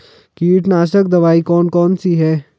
कीटनाशक दवाई कौन कौन सी हैं?